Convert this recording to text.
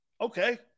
Okay